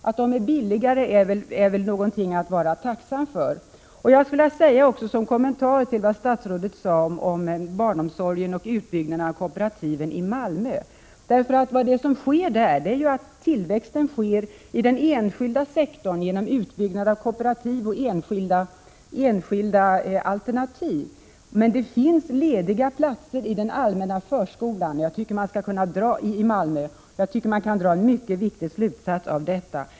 Att de är billigare är väl något att vara tacksam för. Jag skulle vilja göra en kommentar till det statsrådet sade om barnomsorgen och utbyggnaden av kooperativen i Malmö. Tillväxten sker där i den enskilda sektorn genom utbyggnad av kooperativ och enskilda alternativ. Men det finns lediga platser i den kommunala förskolan i Malmö. Jag tycker man kan dra en mycket viktig slutsats av detta.